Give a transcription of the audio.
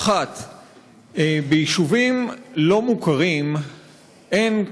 1. ביישובים לא מוכרים אין,